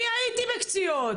אני הייתי בקציעות.